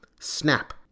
Snap